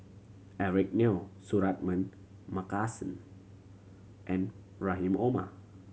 Eric Neo Suratman Markasan and Rahim Omar